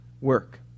work